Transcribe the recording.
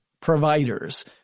providers